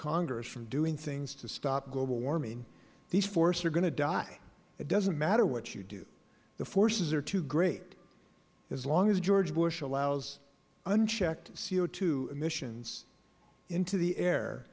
congress from doing things to stop global warming these forests are going to die it doesn't matter what you do the forces are too great as long as george bush allows unchecked co emissions into the a